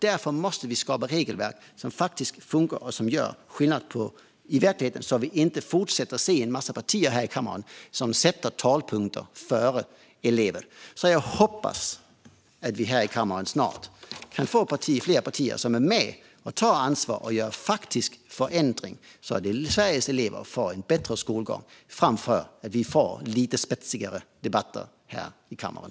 Därför måste vi skapa regelverk som funkar och som gör skillnad i verkligheten, så att vi inte fortsätter se en massa partier här i kammaren som sätter talepunkter före elever. Jag hoppas att vi här i kammaren snart kan få fler partier som är med och tar ansvar och gör faktiska förändringar så att Sveriges elever får en bättre skolgång. Jag hoppas också att vi kan få lite spetsigare debatter här i kammaren.